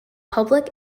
public